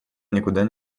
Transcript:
никуда